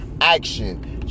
action